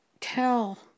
tell